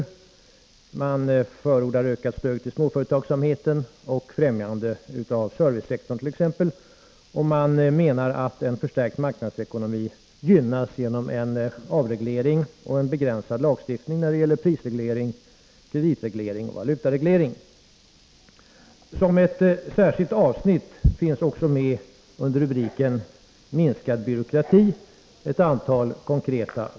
I motionen förordar man t.ex. ökat stöd till småföretagsamheten och främjande av servicesektorn. Man menar att en förstärkt marknadsekonomi gynnas genom en avreglering och en begränsad lagstiftning när det gäller prisreglering, kreditreglering och valutareglering. Under rubriken minskad byråkrati tar man upp ett antal konkreta förslag under ett särskilt avsnitt.